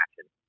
action